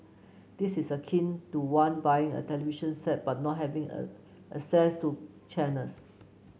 this is akin to one buying a television set but not having access to channels